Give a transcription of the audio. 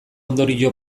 ondorio